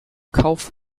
kauf